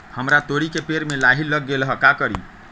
हमरा तोरी के पेड़ में लाही लग गेल है का करी?